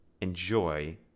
enjoy